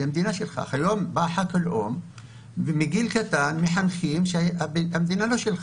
היום בא חוק הלאום ומגיל קטן מחנכים שהמדינה לא שלך.